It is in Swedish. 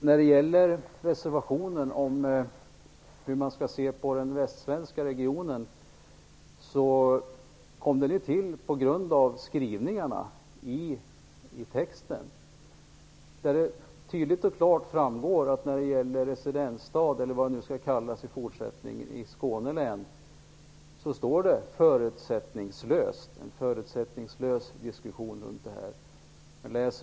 Fru talman! Reservationen om hur man skall se på den västsvenska regionen kom till på grund av skrivningarna i texten. Det framgår där tydligt och klart att det skall föras en förutsättningslös diskussion runt frågan om residensstad, eller vad det skall kallas i fortsättningen, i Skåne län.